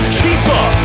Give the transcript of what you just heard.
keeper